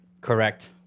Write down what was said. Correct